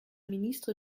ministre